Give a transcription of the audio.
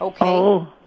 Okay